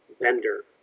vendor